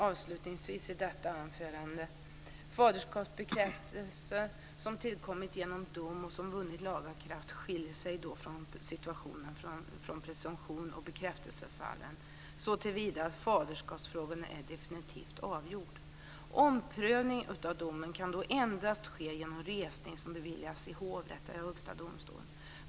Avslutningsvis vill jag i detta anförande säga att faderskapsbekräftelse som tillkommit genom dom och som vunnit laga kraft skiljer sig från situationen med presumtions och bekräftelsefallen såtillvida att faderskapsfrågan är definitivt avgjord. Omprövning av domen kan då endast ske genom resning som beviljas i hovrätt eller Högsta domstolen.